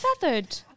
feathered